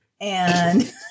and-